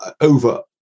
over